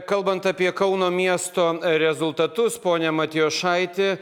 kalbant apie kauno miesto rezultatus pone matijošaiti